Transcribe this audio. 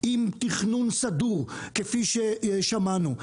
עם תכנון סדור כפי ששמענו,